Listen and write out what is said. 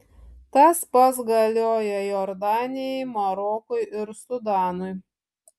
tas pats galioja jordanijai marokui ir sudanui